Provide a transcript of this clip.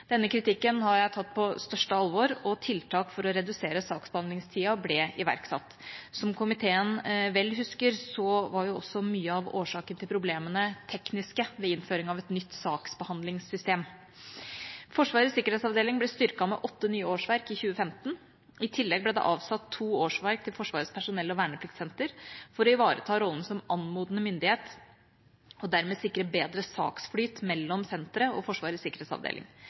Denne kritikken har jeg tatt på største alvor og tiltak for å redusere saksbehandlingstida ble iverksatt. Som komiteen vel husker, var også mye av årsaken til problemene tekniske ved innføring av et nytt saksbehandlingssystem. Forsvarets sikkerhetsavdeling ble styrket med åtte nye årsverk i 2015. I tillegg ble det avsatt to årsverk til Forsvarets personell- og vernepliktssenter for å ivareta rollen som anmodende myndighet og dermed sikre bedre saksflyt mellom senteret og Forsvarets sikkerhetsavdeling.